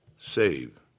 save